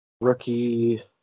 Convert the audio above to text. Rookie